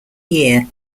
year